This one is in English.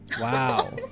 Wow